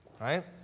right